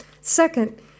Second